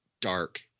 dark